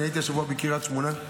הייתי השבוע בקריית שמונה.